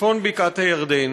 מצפון בקעת הירדן